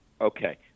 Okay